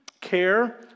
care